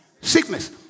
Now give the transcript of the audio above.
Sickness